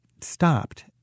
stopped